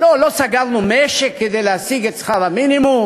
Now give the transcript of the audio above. לא סגרנו משק כדי להשיג את שכר המינימום?